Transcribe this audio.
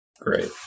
Great